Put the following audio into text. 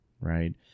right